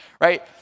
right